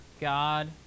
God